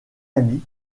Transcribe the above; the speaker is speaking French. ami